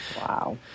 Wow